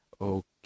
Okay